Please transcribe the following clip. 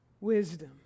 wisdom